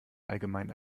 allgemein